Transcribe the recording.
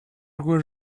were